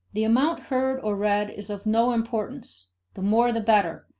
the amount heard or read is of no importance the more the better,